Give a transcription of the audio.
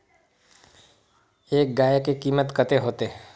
एक गाय के कीमत कते होते?